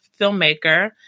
filmmaker